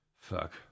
Fuck